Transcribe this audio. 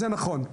זה נכון.